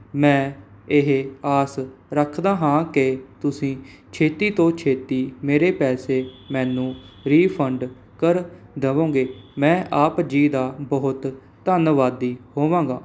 ਮੈਂ ਇਹ ਆਸ ਰੱਖਦਾ ਹਾਂ ਕਿ ਤੁਸੀਂ ਛੇਤੀ ਤੋਂ ਛੇਤੀ ਮੇਰੇ ਪੈਸੇ ਮੈਨੂੰ ਰੀਫੰਡ ਕਰ ਦੇਵੋਗੇ ਮੈਂ ਆਪ ਜੀ ਦਾ ਬਹੁਤ ਧੰਨਵਾਦੀ ਹੋਵਾਂਗਾ